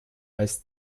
als